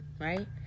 right